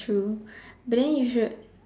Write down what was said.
true but then you should